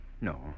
No